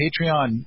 Patreon